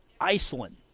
Iceland